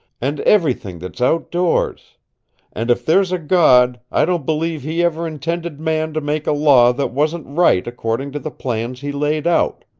and everything that's outdoors and if there's a god i don't believe he ever intended man to make a law that wasn't right according to the plans he laid out.